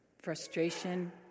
Frustration